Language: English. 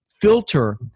filter